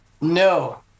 No